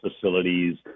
facilities